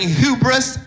hubris